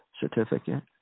certificate